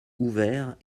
ouverts